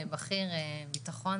הכלים מוגבלים.